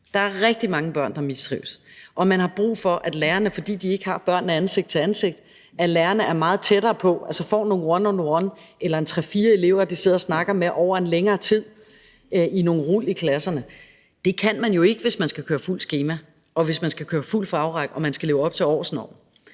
Der er rigtig mange børn, der mistrives, og der er brug for, at lærerne er meget tættere på, fordi de ikke mødes ansigt til ansigt med børnene, og altså får nogle one on one eller sidder og snakker med tre-fire elever over længere tid i nogle rul i klasserne. Det kan man jo ikke, hvis man skal køre fuldt skema, og hvis man skal køre fuld fagrække og man skal leve op til årsnormen.